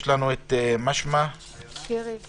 שירי